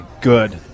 good